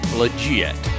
legit